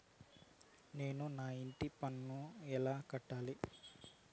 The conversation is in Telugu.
నేను నా ఇంటి పన్నును ఎలా కట్టాలి?